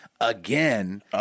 again